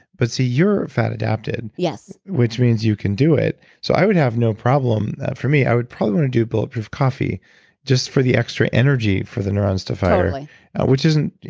but see you're fat adapted yes which means you can do it. so i would have no problem. for me, i would probably want to do bulletproof coffee just for the extra energy for the neurons to fire totally which isn't.